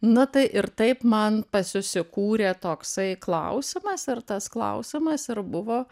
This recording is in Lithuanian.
na tai ir taip man pasusikūrė toksai klausimas ir tas klausimas ir buvo